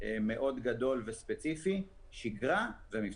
מאוד גדול וספציפי, שגרה ומבצעים.